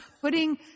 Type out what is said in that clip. Putting